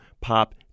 pop